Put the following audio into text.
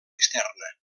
externa